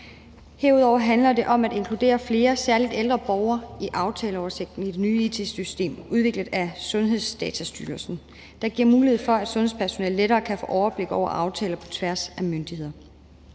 Herudover handler det om at inkludere flere, særlig ældre borgere, i aftaleoversigten i det nye it-system udviklet af Sundhedsdatastyrelsen. Det giver mulighed for, at sundhedspersonalet lettere kan få overblik over aftaler på tværs af myndigheder.